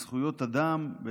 אדם,